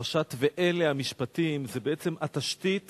פרשת "ואלה המשפטים", זו בעצם התשתית